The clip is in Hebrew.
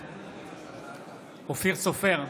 בעד אופיר סופר,